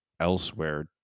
elsewhere